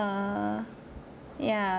err ya